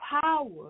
power